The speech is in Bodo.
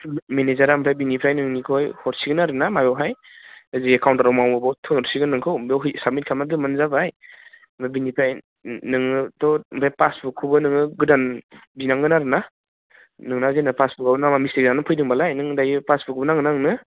मेनेजारा ओमफ्राय बेनिफ्राय नोंनिखौहाय हरसिगोन आरोना मायावहाय जि काउन्टाराव मावनांगौ थिनहरसिगोन नोंखौ बेवहाय साबमिट खालामना दोनबानो जाबाय आरो बेनिफ्राय नोङोथ' बे पासबुकखौबो नोङो गोदान बिनांगोन आरोना नोंना जेनेबा पासबुकआव नामा मिस्टेकआनो फैदोंबालाय नों दायो पासबुकखौबो नांगोन ना नोंनो